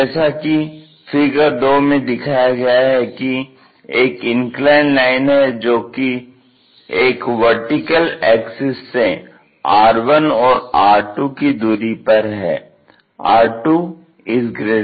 जैसा कि फिगर 2 में दिखाया गया है कि एक इंक्लाइंड लाइन है जो कि एक वर्टिकल एक्सिस से R1 और R2 की दूरी पर है R2R1